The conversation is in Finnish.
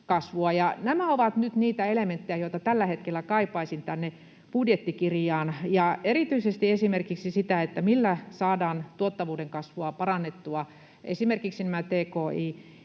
Nämä ovat nyt niitä elementtejä, joita tällä hetkellä kaipaisin tänne budjettikirjaan, erityisesti esimerkiksi sitä, millä saadaan tuottavuuden kasvua parannettua esimerkiksi näillä